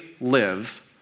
live